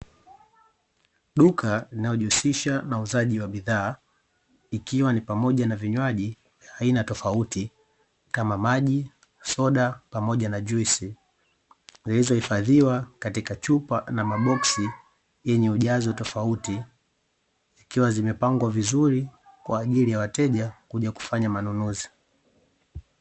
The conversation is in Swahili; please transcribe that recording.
Duka inayojihusisha na uuzaji wa bidhaa ikiwa ni pamoja na vinywaji aina tofauti kama maji, soda pamoja na juisi zilizohifadhiwa katika chupa na maboksi yenye ujazo tofauti ikiwa zimepangwa vizuri kwa ajili ya wateja kuja kufanya manunuzi .